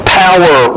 power